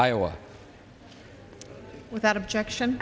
iowa without objection